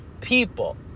people